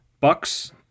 Bucks